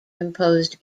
imposed